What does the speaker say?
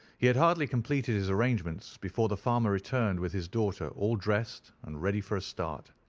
he had hardly completed his arrangements before the farmer returned with his daughter all dressed and ready for a start.